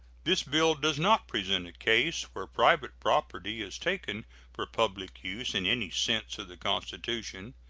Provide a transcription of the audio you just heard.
this bill does not present a case where private property is taken for public use in any sense of the constitution.